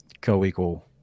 co-equal